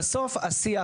בסוף השיח,